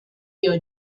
your